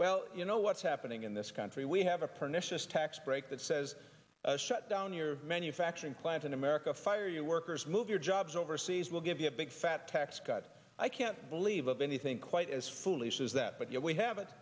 well you know what's happening in this country we have a pernicious tax break that says shut down your manufacturing plant in america fire your workers move your jobs overseas we'll give you a big fat tax cut i can't believe anything quite as fully says that but yet we have